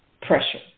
pressure